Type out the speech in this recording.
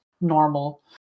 normal